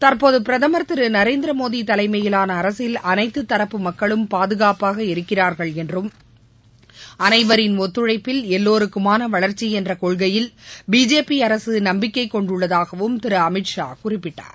தற்போது பிரதமர் திரு நரேந்திரமோடி தலைமையிலான அரசில் அனைத்து தரப்பு மக்களும் பாதுகாப்பாக இருக்கிறார்கள் என்றும் அனைவரின் ஒத்துழைப்பில் எல்லோருக்குமான வளர்ச்சி என்ற கொள்கையில் பிஜேபி அரசு நம்பிக்கை கொண்டுள்ளதாகவும் திரு அமித்ஷா குறிப்பிட்டார்